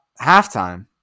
halftime